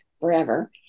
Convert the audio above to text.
forever